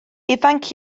ifanc